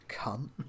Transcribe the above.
cunt